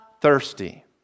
thirsty